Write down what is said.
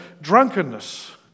drunkenness